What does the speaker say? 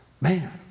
man